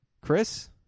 Chris